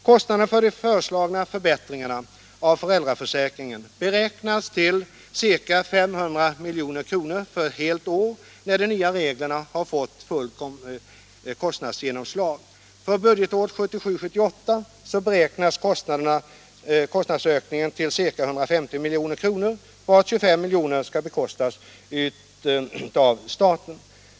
Kostnaderna för de föreslagna förbättringarna av föräldraförsäkringen beräknas till ca 500 milj.kr. för helt år när de nya reglerna har fått fullt kostnadsgenomslag. För budgetåret 1977/78 beräknas kostnadsökningen till ca 150 milj.kr., varav 25 milj.kr. skall bekostas av staten.